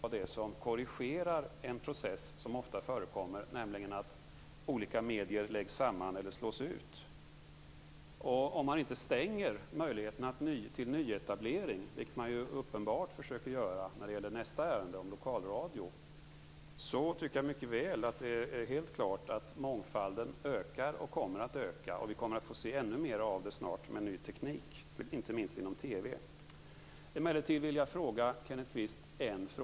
Herr talman! Kenneth Kvist oroar sig över koncentrationen inom medierna. Det är klart att det förekommer att tidningar slås samman eller samarbetar på olika sätt. Men det avgörande är ju ändå om det kan tillkomma någonting nytt. Som också Håkan Holmberg var inne på är friheten att etablera på marknaden det som korrigerar den process som ofta förekommer, nämligen att olika medier läggs samman eller slås ut. Om man inte stänger möjligheterna till nyetablering, vilket man uppenbart försöker att göra när det gäller lokalradion som är nästa ärende, är det helt klart att mångfalden kommer att öka, något som vi snart kommer att få se ännu mera av genom den nya tekniken, inte minst inom TV.